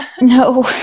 No